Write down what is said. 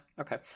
Okay